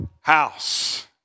house